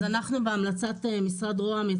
אז אנחנו בהמלצת משרד ראש הממשלה,